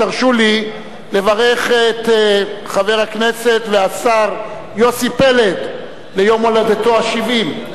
תרשו לי לברך את חבר הכנסת והשר יוסי פלד ליום הולדתו ה-70.